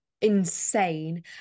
Insane